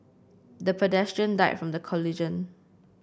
the pedestrian died from the collision